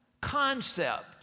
concept